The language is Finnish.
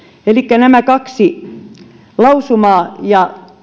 elikkä nämä kaksi lausumaa ja